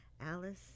Alice